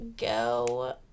go